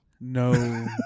no